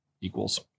equals